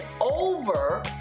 over